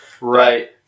Right